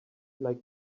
like